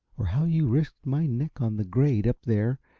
or how you risked my neck on the grade, up there,